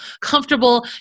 comfortable